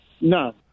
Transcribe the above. No